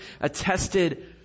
attested